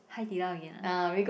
Hai-Di-Lao again ah